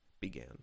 began